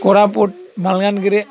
କୋରାପୁଟ ମାଲକାନଗିରିରେ